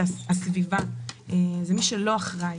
זו הסביבה ומי שלא אחראי.